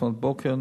לפנות בוקר,